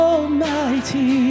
Almighty